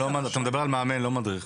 אתה מדבר על מאמן, לא על מדריך.